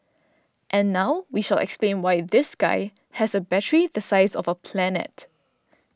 and now we shall explain why this guy has a battery the size of a planet